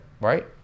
right